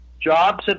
jobs